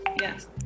Yes